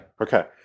Okay